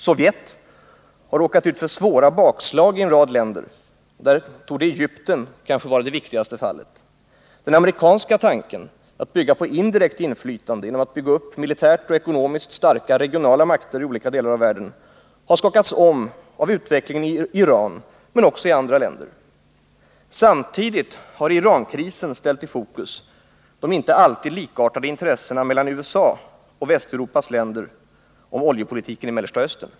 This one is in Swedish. Sovjet har råkat ut för svåra bakslag i en rad länder; Egypten torde vara det viktigaste fallet. Den amerikanska tanken att bygga på indirekt inflytande genom att bygga upp militärt och ekonomiskt starka, regionala makter i olika delar av världen har skakats om av utvecklingen i Iran men också i andra länder. Samtidigt har Irankrisen ställt i fokus de inte alltid likartade intressena hos USA och Västeuropas länder när det gäller oljepolitiken i Mellersta Östern.